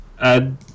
add